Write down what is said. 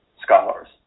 scholars